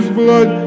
blood